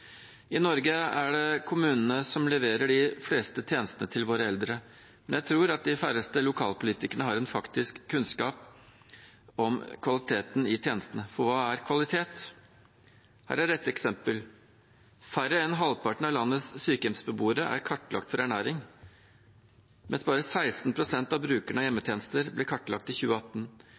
I Norge er det kommunene som leverer de fleste tjenestene til våre eldre. Men jeg tror at de færreste lokalpolitikere har en faktisk kunnskap om kvaliteten i tjenestene. For hva er kvalitet? Her er ett eksempel: Færre enn halvparten av landets sykehjemsbeboere er kartlagt for ernæring, mens bare 16 pst. av brukerne av hjemmetjenester ble kartlagt i 2018.